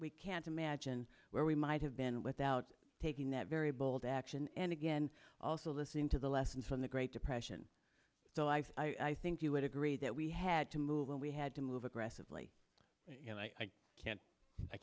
we can't imagine where we might have been without taking that very bold action and again also listening to the lessons from the great depression so i've i think you would agree that we had to move and we had to move aggressively you know i can't i